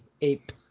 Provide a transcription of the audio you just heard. Ape